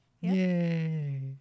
Yay